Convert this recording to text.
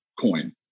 coin